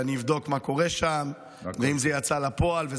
ואני אבדוק מה קורה שם ואם זה יצא לפועל.